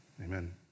Amen